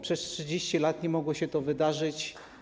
Przez 30 lat nie mogło się to wydarzyć.